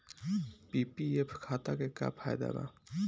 PPF खाता के का फायदा बा?